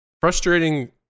frustrating